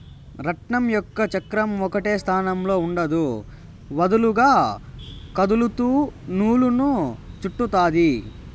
రాట్నం యొక్క చక్రం ఒకటే స్థానంలో ఉండదు, వదులుగా కదులుతూ నూలును చుట్టుతాది